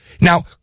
Now